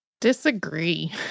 Disagree